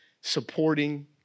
supporting